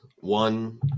one